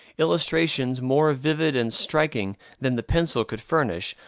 illustrations more vivid and striking than the pencil could furnish,